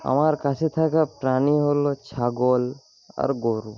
আমার কাছে থাকা প্রাণী হল ছাগল আর গরু